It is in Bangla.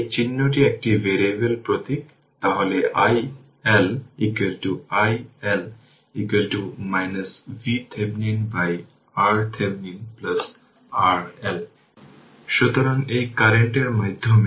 এটি কি সর্বকালের জন্য i হতে পারে অর্থাৎ ইন্ডাক্টরের একটিতে প্রবাহিত কারেন্ট অনুমান করে যে সুইচটি দীর্ঘ সময়ের জন্য ওপেন ছিল এখানে এই ক্ষেত্রে এটি দেওয়া হয়েছে যে সুইচটি দীর্ঘ সময়ের জন্য ওপেন ছিল